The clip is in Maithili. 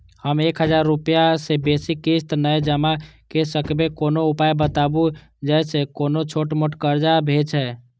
हम एक हजार रूपया से बेसी किस्त नय जमा के सकबे कोनो उपाय बताबु जै से कोनो छोट मोट कर्जा भे जै?